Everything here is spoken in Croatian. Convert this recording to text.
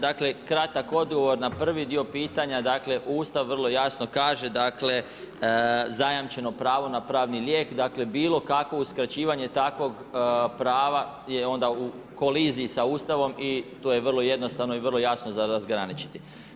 Dakle kratak odgovor na prvi dio pitanja, dakle Ustav vrlo jasno kaže dakle zajamčeno pravo na pravni lijek, dakle bilo kakvo uskraćivanje takvog prava je u koliziji s Ustavom i tu je vrlo jednostavno i vrlo jasno za razgraničiti.